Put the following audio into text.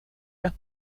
los